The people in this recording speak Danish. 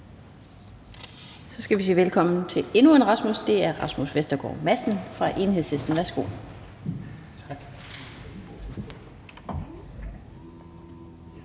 Så skal vi sige velkommen til endnu en Rasmus, og det er hr. Rasmus Vestergaard Madsen fra Enhedslisten. Værsgo.